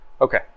Okay